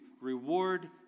reward